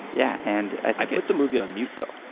yeah and i put the movie on mute, though.